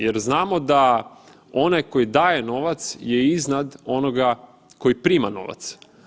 Jer znamo da onaj koji daje novac je iznad onoga koji prima novac.